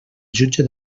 jutge